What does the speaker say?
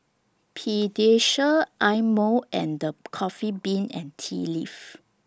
Pediasure Eye Mo and The Coffee Bean and Tea Leaf